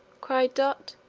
cried dot,